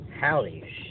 Howdy